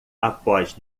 após